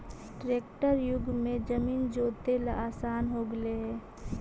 tractor युग में जमीन जोतेला आसान हो गेले हइ